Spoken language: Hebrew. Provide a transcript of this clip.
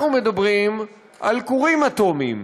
אנחנו מדברים על כורים אטומיים,